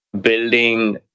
building